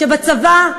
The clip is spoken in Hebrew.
שבצבא,